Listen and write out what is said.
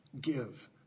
give